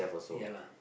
ya lah